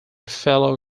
fellow